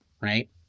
Right